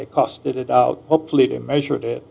cost it out hopefully to measure it